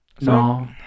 No